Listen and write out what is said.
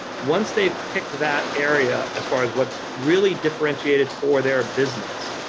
once they've picked that area as far as what's really differentiated for their business.